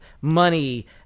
Money